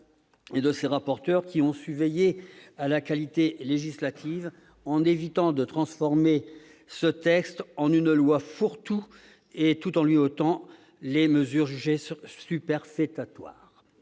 et de ses rapporteurs, qui ont su veiller à la qualité législative, en évitant de transformer ce texte en une loi fourre-tout, tout en lui ôtant ses mesures jugées superfétatoires.